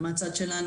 מהצד שלנו,